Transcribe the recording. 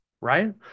right